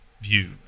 view